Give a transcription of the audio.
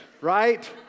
right